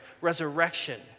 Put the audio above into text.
resurrection